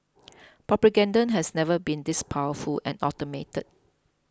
propaganda has never been this powerful and automated